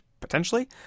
potentially